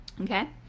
okay